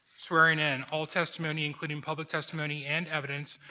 swearing in. all testimony, including public testimony and evidence,